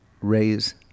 raise